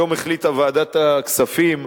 היום החליטה ועדת הכספים,